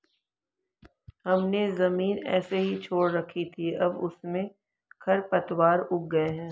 हमने ज़मीन ऐसे ही छोड़ रखी थी, अब उसमें खरपतवार उग गए हैं